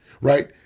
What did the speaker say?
right